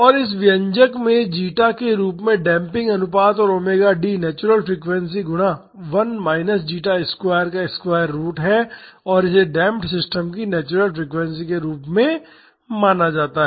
और इस व्यंजक में जीटा के रूप में डेम्पिंग अनुपात और ओमेगा D नेचुरल फ्रीक्वेंसी गुणा 1 माइनस जीटा स्क्वायर का स्क्वायर रुट है और इसे डेमप्ड सिस्टम की नेचुरल फ्रीक्वेंसी के रूप में जाना जाता है